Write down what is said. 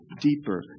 deeper